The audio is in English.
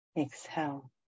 exhale